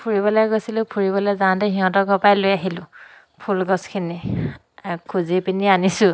ফুৰিবলৈ গৈছিলোঁ ফুৰিবলৈ যাওঁতে সিহতৰ ঘৰৰ পৰাই লৈ আহিলোঁ ফুল গছখিনি আৰু খুজি পিনি আনিছোঁ